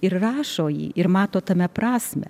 ir rašo jį ir mato tame prasmę